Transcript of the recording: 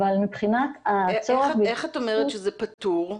אבל מבחינת הצורך --- איך את אומרת שזה פתור?